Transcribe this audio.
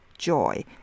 joy